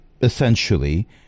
essentially